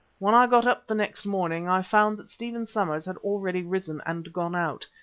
when i got up the next morning i found that stephen somers had already risen and gone out,